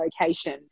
location